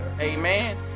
amen